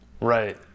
right